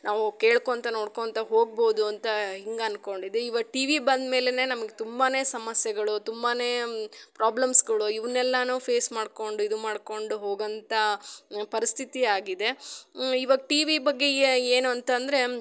ನಾವು ಕೇಳ್ಕೊತ ನೋಡ್ಕೊತ ಹೋಗ್ಬೋದು ಅಂತ ಹಿಂಗೆ ಅಂದ್ಕೊಂಡಿದ್ದೆ ಇವಾಗ ಟಿ ವಿ ಬಂದ್ಮೇಲೆ ನಮ್ಗೆ ತುಂಬಾ ಸಮಸ್ಯೆಗಳು ತುಂಬಾ ಪ್ರಾಬ್ಲಮ್ಸ್ಗಳು ಇವ್ನೆಲ್ಲಾ ಫೇಸ್ ಮಾಡ್ಕೊಂಡು ಇದು ಮಾಡಿಕೊಂಡು ಹೋಗುವಂತ ಪರಿಸ್ಥಿತಿ ಆಗಿದೆ ಇವಾಗ ಟಿ ವಿ ಬಗ್ಗೆ ಏನು ಅಂತಂದರೆ